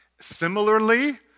Similarly